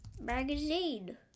Magazine